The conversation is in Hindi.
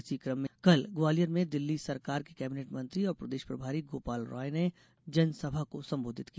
इसी कम में कल ग्वालियर में दिल्ली सरकार के कैबिनेट मंत्री और प्रदेश प्रभारी गोपाल राय ने जनसभा को संबोधित किया